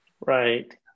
Right